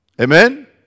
Amen